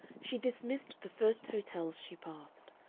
she dismissed the first hotels she passed,